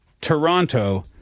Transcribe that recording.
Toronto